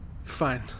Fine